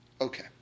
Okay